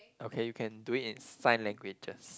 okay you can do it in sign languages